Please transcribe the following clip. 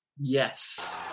Yes